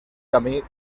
camí